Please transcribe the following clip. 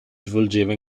svolgeva